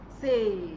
say